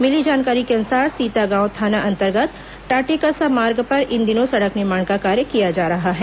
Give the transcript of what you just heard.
मिली जानकारी के अनुसार सीतागांव थाना अंतर्गत टाटेकसा मार्ग पर इन दिनों सड़क निर्माण का कार्य किया जा रहा है